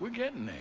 we're getting there.